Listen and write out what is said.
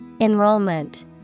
Enrollment